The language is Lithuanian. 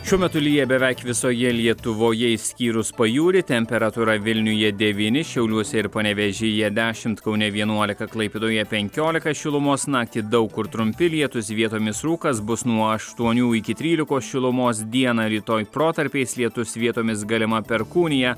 šiuo metu lyja beveik visoje lietuvoje išskyrus pajūrį temperatūra vilniuje devyni šiauliuose ir panevėžyje dešimt kaune vienuolika klaipėdoje penkiolika šilumos naktį daug kur trumpi lietūs vietomis rūkas bus nuo aštuonių iki trylikos šilumos dieną rytoj protarpiais lietus vietomis galima perkūnija